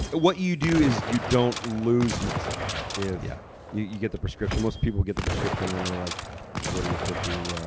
but what you do is you don't lose muscle if yeah you you get the prescription. most people get the prescription when they're like forty or fifty.